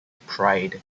pride